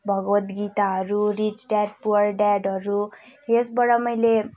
भागवत गीताहरू rich dad poor ड्याडहरू यसबाट मैले